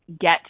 get